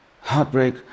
Heartbreak